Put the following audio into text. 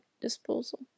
disposal